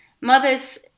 Mothers